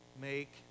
make